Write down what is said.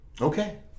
okay